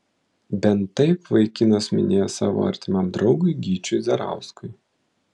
bent taip vaikinas minėjo savo artimam draugui gyčiui zarauskui